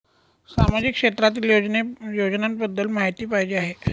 सामाजिक क्षेत्रातील योजनाबद्दल माहिती पाहिजे आहे?